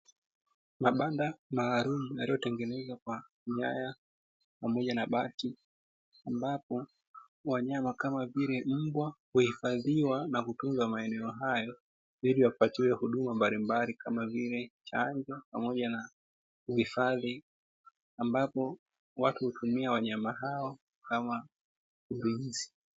Mabanda maalumu yaliyotengenezwa kwa nyaya pamoja na bati. Ambapo wanyama kama vile mbwa huhifadhiwa na kutunzwa maeneo hayo ili wapatiwe huduma mbalimbali, kama vile chanjo pamoja na uhifadhi. Ambapo watu hutumia wanyama hao kama ulinzi.